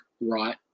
right